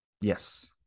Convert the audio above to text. Yes